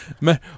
Man